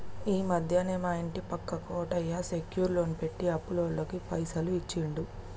ఈ మధ్యనే మా ఇంటి పక్క కోటయ్య సెక్యూర్ లోన్ పెట్టి అప్పులోళ్లకు పైసలు ఇచ్చిండు